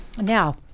now